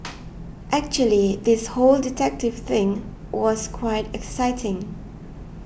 actually this whole detective thing was quite exciting